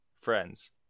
friends